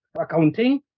accounting